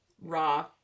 raw